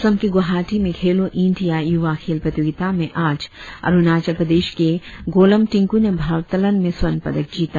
असम के गुवाहाटी में खेलों इंडिया युवा खेल प्रतियोगिता में आज अरुणाचल प्रदेश के गोलोम टिंक्र ने भारोत्तोलन में स्वर्ण पदक जीता